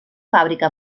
fàbrica